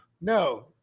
No